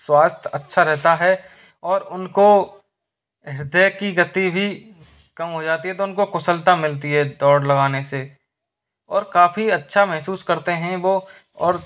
स्वास्थ्य अच्छा रहता है और उनको हृदय की गति भी कम हो जाती है तो उनको कुशलता मिलती है दौड़ लगाने से और काफ़ी अच्छा महसूस करते हैं वो और